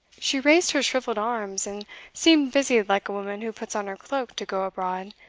she raised her shrivelled arms, and seemed busied like a woman who puts on her cloak to go abroad,